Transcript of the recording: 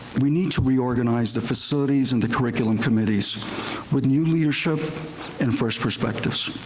we need to reorganize the facilities and the curriculum committees with new leadership and fresh perspectives.